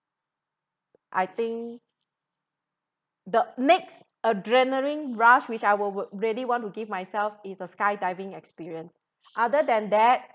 I think the next adrenaline rush which I will really want to give myself is a skydiving experience other than that